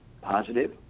positive